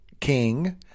king